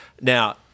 Now